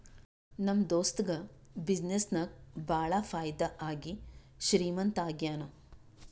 ನಮ್ ದೋಸ್ತುಗ ಬಿಸಿನ್ನೆಸ್ ನಾಗ್ ಭಾಳ ಫೈದಾ ಆಗಿ ಶ್ರೀಮಂತ ಆಗ್ಯಾನ